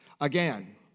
Again